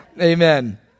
Amen